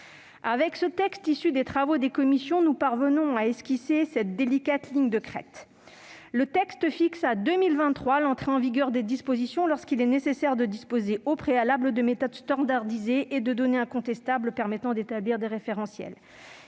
Avec ce texte issu des travaux des commissions, nous parvenons à esquisser cette délicate ligne de crête. Le texte fixe à 2023 l'entrée en vigueur des dispositions lorsqu'il est nécessaire de disposer au préalable de méthodes standardisées et de données incontestables permettant d'établir des référentiels.